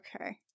okay